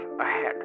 ahead